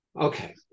Okay